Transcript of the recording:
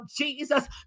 Jesus